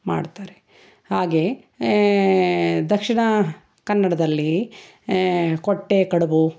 ಮಾಡ್ತಾರೆ ಹಾಗೇ ದಕ್ಷಿಣ ಕನ್ನಡದಲ್ಲಿ ಕೊಟ್ಟೆ ಕಡುಬು